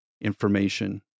information